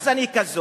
אז אני כזה.